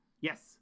Yes